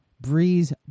Breeze